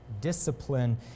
discipline